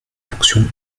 fonctions